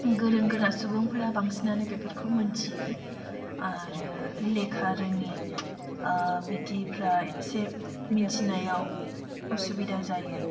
गोरों गोरा सुबुंफोरा बांसिनानै बिफोरखौ मोनथियो आरो लेखा रोङि बिदिफ्रा एसे मिनथिनायाव असुबिदा जायो